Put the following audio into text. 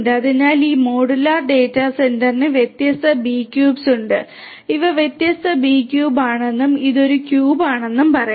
അതിനാൽ ഈ modular data സെന്ററിന് വ്യത്യസ്ത BCubes ഉണ്ട് ഇവ വ്യത്യസ്ത B ക്യൂബ് ആണെന്നും ഇത് ഒരു ക്യൂബ് ആണെന്നും പറയാം